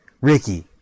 Ricky